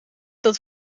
dat